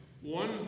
one